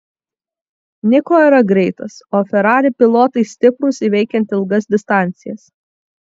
niko yra greitas o ferrari pilotai stiprūs įveikiant ilgas distancijas